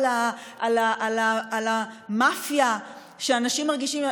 על המאפיה שאנשים מרגישים.